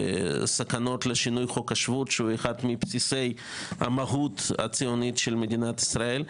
סכנה לשינוי חוק השבות שהוא אחד מבסיסי המהות הציונית של מדינת ישראל,